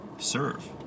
serve